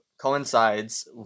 coincides